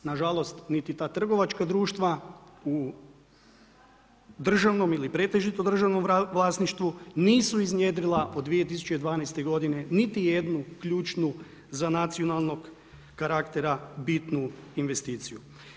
Nažalost niti ta trgovačka društva, u državnom ili pretežito državnom vlasništvu, nisu iznjedrila od 2012. g. niti jednu ključnu, za nacionalnog karaktera bitnu investiciju.